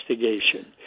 investigation